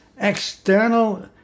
external